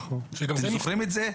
אתם זוכרים את זה?